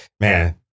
man